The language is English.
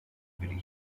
billy